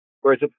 whereas